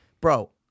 bro